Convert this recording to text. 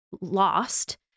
lost